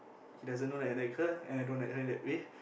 he doesn't know that I like her and I don't like her in that way